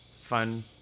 fun